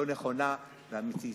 לא נכונה ואמיתית.